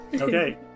Okay